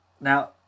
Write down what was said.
Now